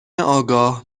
آگاه